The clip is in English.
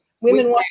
women